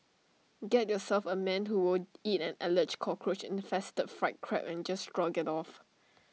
get yourself A man who will eat an Alleged Cockroach infested fried Crab and just shrug IT off